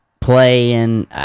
playing